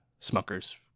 smuckers